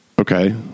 okay